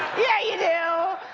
yeah you do!